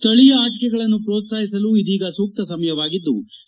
ಸ್ನಳೀಯ ಆಟಿಕೆಗಳನ್ನು ಪ್ರೋತ್ಪಾಹಿಸಲು ಇದೀಗ ಸೂಕ್ತ ಸಮಯವಾಗಿದ್ಲು